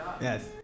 Yes